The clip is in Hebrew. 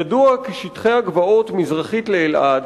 ידוע כי שטחי הגבעות מזרחית לאלעד,